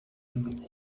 anul·lat